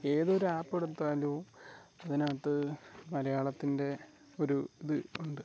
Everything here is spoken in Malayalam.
ഏതൊരു ആപ്പ് എടുത്താലും അതിനകത്ത് മലയാളത്തിൻ്റെ ഒരു ഇത് ഉണ്ട്